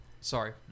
Sorry